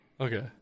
Okay